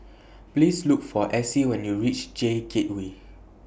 Please Look For Essie when YOU REACH J Gateway